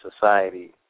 society